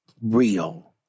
real